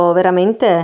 veramente